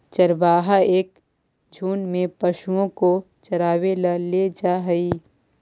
चरवाहा एक झुंड में पशुओं को चरावे ला ले जा हई